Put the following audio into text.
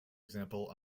example